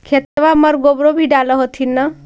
खेतबा मर गोबरो भी डाल होथिन न?